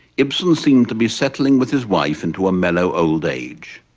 ibsen seemed to be settling with his wife into a mellow old age,